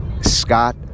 Scott